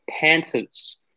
Panthers